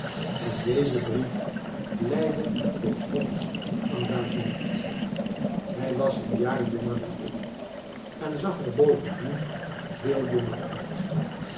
en deze brief leidde tot ons engagement hij was een jaar jonger dan ik en zag er bovendien veel jonger uit